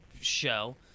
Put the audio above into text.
show